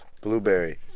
Blueberry